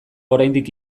oraindik